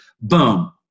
Boom